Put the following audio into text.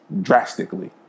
drastically